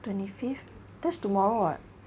twenty fifth that's tomorrow [what]